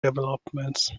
developments